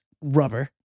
rubber